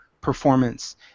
performance